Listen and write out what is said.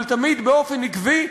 אבל תמיד באופן עקבי,